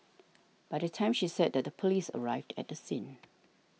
by that time she said that the police arrived at the scene